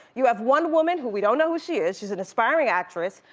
you have one woman, who we don't know who she is, she's an aspiring actress.